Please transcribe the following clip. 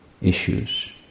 issues